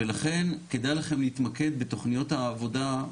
ולכן כדאי לכם להתמקד בתכניות העבודה,